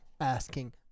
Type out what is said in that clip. asking